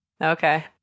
Okay